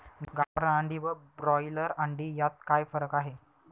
गावरान अंडी व ब्रॉयलर अंडी यात काय फरक आहे?